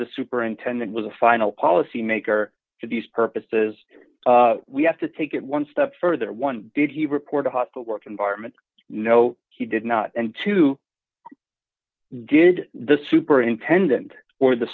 the superintendent was the final policy maker for these purposes we have to take it one step further one did he report a hostile work environment no he did not and to did the superintendent or the